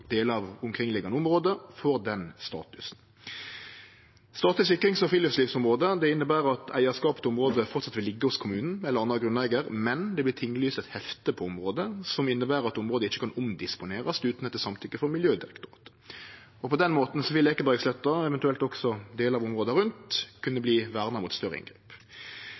deler av omkringliggjande område, får slik status. Status som sikra friluftslivsområde inneber at eigarskapen til området framleis vil liggje hos kommunen eller annan grunneigar, men det vert tinglyst eit hefte på området, som inneber at området ikkje kan omdisponerast utan etter samtykkje frå Miljødirektoratet. På den måten vil Ekebergsletta, eventuelt også delar av områda rundt, kunne verte verna mot større inngrep.